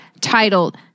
titled